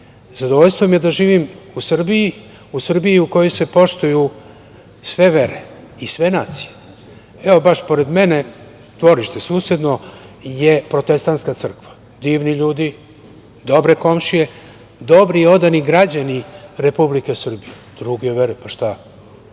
zadovoljstvo mi je da živim u Srbiji, u Srbiji u kojoj se poštuju sve vere i sve nacije. Evo, baš pored mene, dvorište susedno je protestantska crkva. Divni ljudi, dobre komšije, dobri i odani građani Republike Srbije. Druge vere, pa šta?